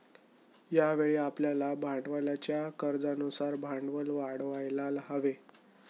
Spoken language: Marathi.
यावेळी आपल्याला भांडवलाच्या खर्चानुसार भांडवल वाढवायला हवे